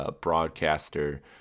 broadcaster